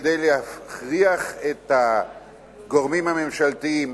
וכדי להכריח את הגורמים הממשלתיים